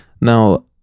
Now